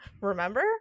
Remember